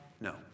No